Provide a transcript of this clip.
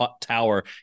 tower